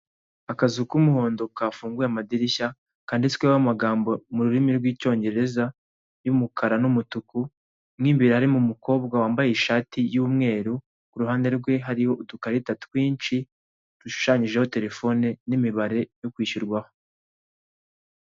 Akazu k'umuhondo kafunguye amadirishya kanditsweho amagambo muririmi rw'icyongereza y'umukara n'umutuku, mw'imbere harimo umukobwa wambaye ishati y'umweru. Ku ruhande rwe hariho udukarita twinshi dushushanyijeho terefone n'imibare yo kwishyurwaho.